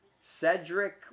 Cedric